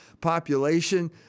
population